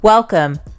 Welcome